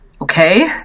okay